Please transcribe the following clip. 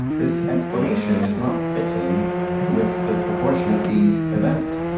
this explanation is not fitting with the proportion of the event.